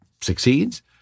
succeeds